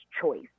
choice